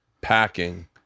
packing